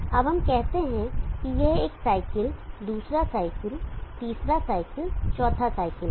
अब हम कहते हैं कि यह एक साइकिल दूसरा साइकिल तीसरा साइकिल चौथा साइकिल है